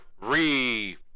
re